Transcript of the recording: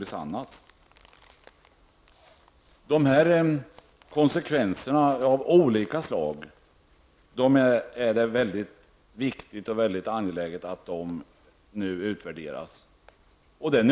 Det är mycket viktigt och angeläget att de här konsekvenserna av olika slag utvärderas.